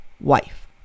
wife